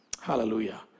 hallelujah